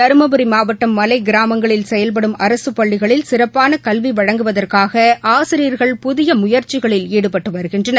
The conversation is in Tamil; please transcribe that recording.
தருமபுரி மாவட்டம் மலை கிராமங்களில் செயல்படும் அரசு பள்ளிகளில் சிறப்பான கல்வி வழங்குவதற்காக ஆசிரியர்கள் புதிய முயற்சிகளில் ஈடுபட்டு வருகின்றனர்